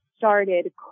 started